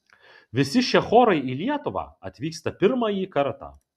visi šie chorai į lietuvą atvyksta pirmąjį kartą